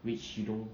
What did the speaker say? which you don't